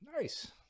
Nice